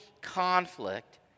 conflict